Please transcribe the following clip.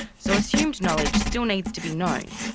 so assumed knowledge still needs to be known,